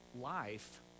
life